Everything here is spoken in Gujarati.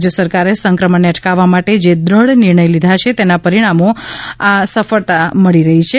રાજ્ય સરકારે સંક્રમણને અટકાવવા માટે જે દ્રઢ નિર્ણયો લીધા છે તેના પરિણામે આ સફળતા મળી છે